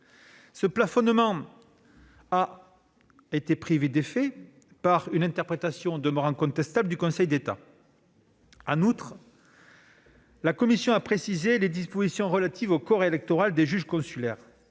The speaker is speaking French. plafonnement a été privé d'effet par une interprétation, du reste contestable, du Conseil d'État. En outre, la commission a précisé les dispositions relatives au corps électoral des juges consulaires.